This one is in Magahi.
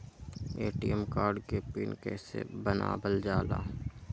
ए.टी.एम कार्ड के पिन कैसे बनावल जाला?